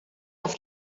auf